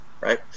right